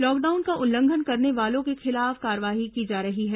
lockdown का उल्लंघन करने वालों के खिलाफ कार्रवाई की जा रही है